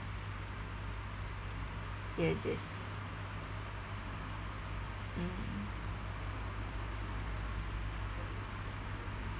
yes yes mm